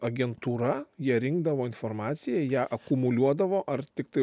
agentūra jie rinkdavo informaciją ją akumuliuodavo ar tiktai